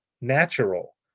natural